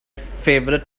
favorite